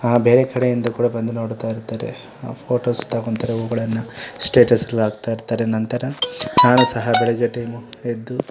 ಬೇರೆ ಕಡೆಯಿಂದ ಕೂಡ ಬಂದು ನೋಡುತ್ತಾ ಇರ್ತಾರೆ ಫೋಟೋಸ್ ತಗೊಳ್ತಾರೆ ಹೂಗಳನ್ನು ಸ್ಟೇಟಸ್ಗೆಲ್ಲ ಹಾಕ್ತಾಯಿರ್ತಾರೆ ನಂತರ ನಾನೂ ಸಹ ಬೆಳಗ್ಗೆ ಟೈಮು ಎದ್ದು